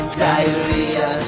diarrhea